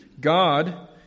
God